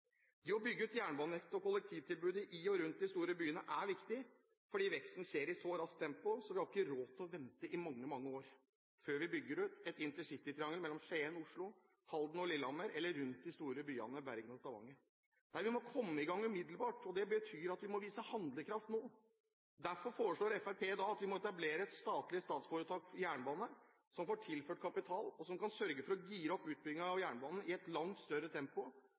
Det å bygge ut jernbanenettet og kollektivtilbudet i og rundt de store byene er viktig. Fordi veksten skjer i så raskt tempo, har vi ikke råd til å vente i mange år før vi bygger ut et intercitytriangel mellom Skien og Oslo, Halden og Lillehammer eller rundt de store byene Bergen og Stavanger. Vi må komme i gang umiddelbart, og det betyr at vi må vise handlekraft nå. Derfor foreslår Fremskrittspartiet i dag at vi må etablere et statlig foretak for jernbane som får tilført kapital og som kan sørge for å gire opp utbyggingen av jernbanen i et langt større tempo